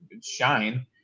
shine